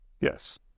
Yes